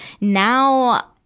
now